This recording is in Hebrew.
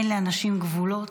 אין לאנשים גבולות.